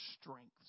strengths